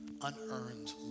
unearned